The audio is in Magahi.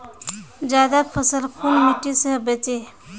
ज्यादा फसल कुन मिट्टी से बेचे?